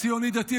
הציוני-דתי,